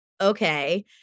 okay